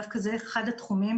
דווקא זה אחד התחומים